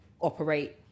operate